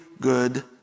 good